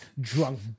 drunk